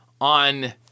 on